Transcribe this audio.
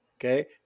okay